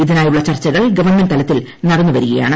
ഇതിനായുള്ള ചർച്ചകൾ ഗവൺമെന്റ് തലത്തിൽ നടന്നുവരികയാണ്